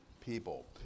people